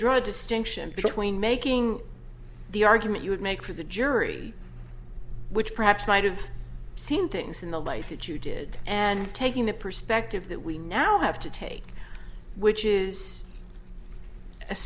draw a distinction between making the argument you would make for the jury which perhaps might have seen things in the life that you did and taking the perspective that we now have to take which is as